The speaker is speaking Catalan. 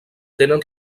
tenen